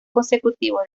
consecutivos